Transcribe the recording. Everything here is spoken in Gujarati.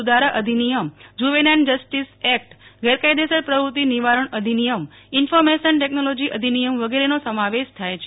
સુધારા અધિનિયમજુવનાઈન જરિટસ એકટગરકાયદેસર પ્રવૃતિ નિવારણ અધિનિયમ ઈન્ફોર્મેશન ટેકનોલોજી અધિનિયમ વગેરેનો સમાવેશ થાય છે